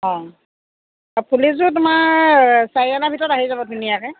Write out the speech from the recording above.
অ ফুলিযোৰ তোমাৰ চাৰি অনাৰ ভিতৰত আহি যাব ধুনীয়াকৈ